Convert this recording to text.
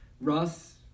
Russ